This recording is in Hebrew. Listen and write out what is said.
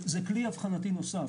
זה כלי אבחנתי נוסף.